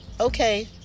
Okay